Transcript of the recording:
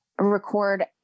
record